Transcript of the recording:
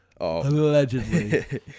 Allegedly